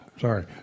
Sorry